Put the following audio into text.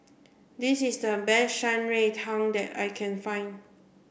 this is the best Shan Rui Tang that I can find